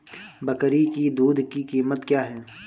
बकरी की दूध की कीमत क्या है?